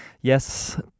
yes